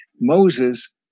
Moses